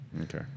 Okay